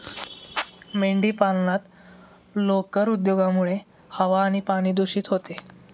मेंढीपालनात लोकर उद्योगामुळे हवा आणि पाणी दूषित होते